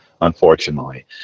unfortunately